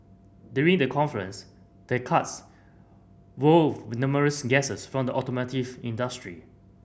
during the conference the karts wowed numerous guests from the automotive industry